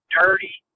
dirty